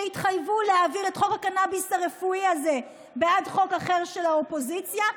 שיתחייבו להעביר את חוק הקנביס הרפואי הזה בעד חוק אחר של האופוזיציה.